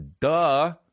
Duh